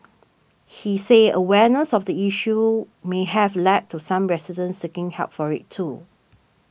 he said awareness of the issue may have led to some residents seeking help for it too